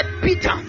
Peter